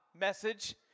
message